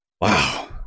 Wow